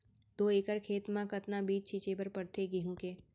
दो एकड़ खेत म कतना बीज छिंचे बर पड़थे गेहूँ के?